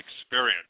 experience